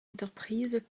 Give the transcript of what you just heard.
entreprises